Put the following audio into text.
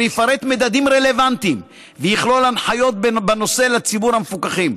יפרט מדדים רלוונטיים ויכלול הנחיות בנושא לציבור המפוקחים.